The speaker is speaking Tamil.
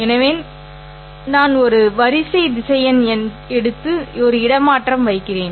எனவே நான் ஒரு வரிசை திசையன் எடுத்து ஒரு இடமாற்றம் வைக்கிறேன்